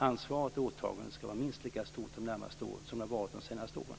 Ansvaret och åtagandet skall vara minst lika stort de närmaste åren som det har varit de senaste åren.